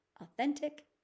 authentic